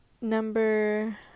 number